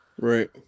Right